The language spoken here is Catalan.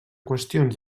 qüestions